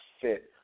fit